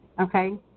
Okay